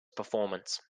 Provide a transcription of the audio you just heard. performance